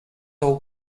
all